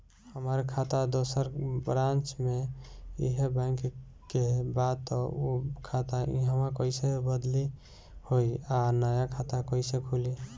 हमार खाता दोसर ब्रांच में इहे बैंक के बा त उ खाता इहवा कइसे बदली होई आ नया खाता कइसे खुली?